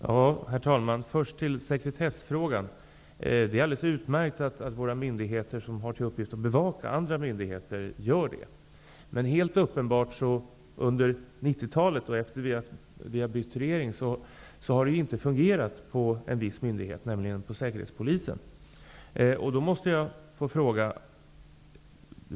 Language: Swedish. Herr talman! Låt mig först ta upp sekretessfrågan. Det är alldeles utmärkt att våra myndigheter som har till uppgift att bevaka andra myndigheter gör det. Men det har uppenbarligen inte fungerat på en viss myndighet, nämligen Säkerhetspolisen, på 90 talet efter det att vi har bytt regering. Då måste jag få ställa en fråga.